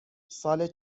سال